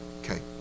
Okay